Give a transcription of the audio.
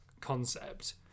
concept